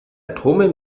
atome